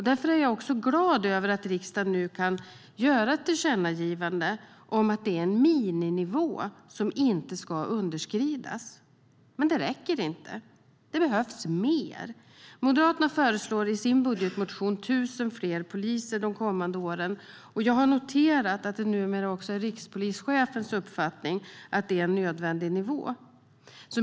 Därför är jag också glad över att riksdagen nu kan göra ett tillkännagivande om att det är en miniminivå som inte ska underskridas. Men det räcker inte. Det behövs mer. Moderaterna föreslår i sin budgetmotion 1 000 fler poliser de kommande åren. Jag har noterat att rikspolischefens uppfattning numera också är att det är en nödvändig nivå.